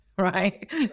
Right